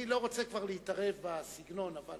אני לא רוצה כבר להתערב בסגנון, אבל